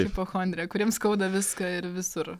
hipochondrija kuriem skauda viską ir visur